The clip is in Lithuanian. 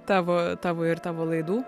tavo tavo ir tavo laidų